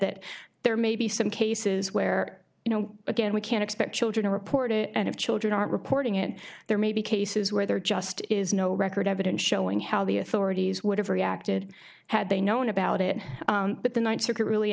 that there may be some cases where you know again we can expect children to report it and of children aren't reporting it there may be cases where there just is no record evidence showing how the authorities would have reacted had they known about it but the ninth circuit really